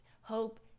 Hope